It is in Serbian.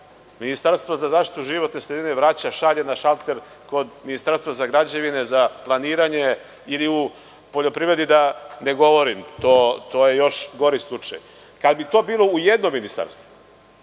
Ministarstvo za zaštitu životne sredine vraća, šalje na šalter kod Ministarstva za građevine, za planiranje ili o poljoprivredi da ne govorim, to je još gori slučaj. Kad bi to bilo u jednom ministarstvu,